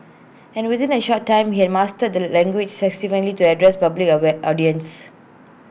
and within A short time he had mastered the language sufficiently to address public away audiences